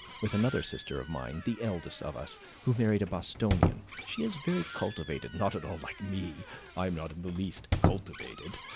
with another sister of mine the eldest of us who married a bostonian. she is very cultivated, not at all like me i am not in the least cultivated.